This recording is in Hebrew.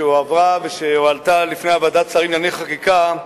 שהועברה והועלתה לפני ועדת השרים לענייני חקיקה,